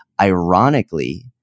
Ironically